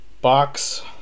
box